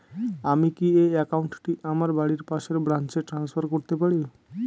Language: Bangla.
আমি কি এই একাউন্ট টি আমার বাড়ির পাশের ব্রাঞ্চে ট্রান্সফার করতে পারি?